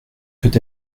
peut